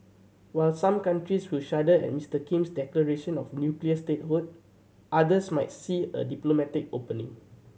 while some countries will shudder at Mister Kim's declaration of nuclear statehood others might see a diplomatic opening